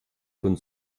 von